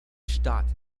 stadt